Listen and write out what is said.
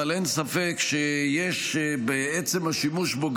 אבל אין ספק שיש בעצם השימוש בו,